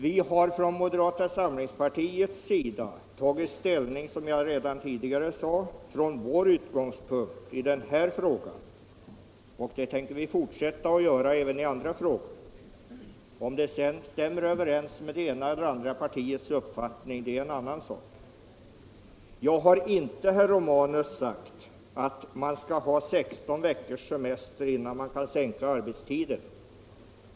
Vi har i moderata samlingspartiet tagit ställning i den här frågan, som jag tidigare sade, från vår utgångspunkt och det tänker vi fortsätta att göra även i andra frågor. Om det sedan stämmer överens med det ena eller andra partiets uppfattning är en sak för sig. Jag har inte sagt, herr Romanus, att man skall ha 16 veckors semester innan man kan sänka dagarbetstiden.